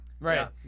Right